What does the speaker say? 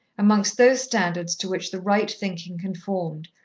amongst those standards to which the right thinking conformed,